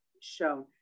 shown